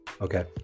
Okay